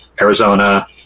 Arizona